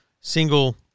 single